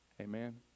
Amen